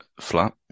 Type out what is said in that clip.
flat